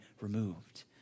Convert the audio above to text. removed